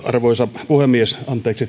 arvoisa puhemies